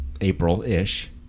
April-ish